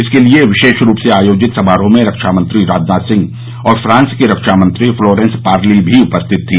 इसके लिए विशेष रूप से आयोजित समारोह में रक्षामंत्री राजनाथ सिंह और फ्रांस की रक्षामंत्री फ्लोरेंस पार्ली भी उपश्थित थी